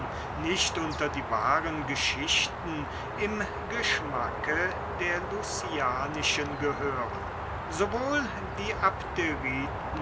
nicht unter die wahren geschichten im geschmacke der lucianischen gehören sowohl die